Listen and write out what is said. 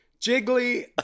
Jiggly